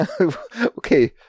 Okay